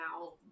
now